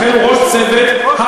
לכן הוא ראש צוות האי-משא-ומתן.